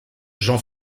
jean